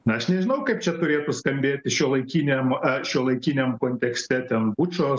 na aš nežinau kaip čia turėtų skambėti šiuolaikiniam šiuolaikiniam kontekste ten bučos